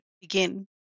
begin